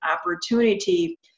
opportunity